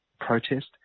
protest